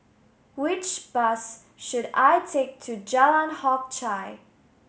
which bus should I take to Jalan Hock Chye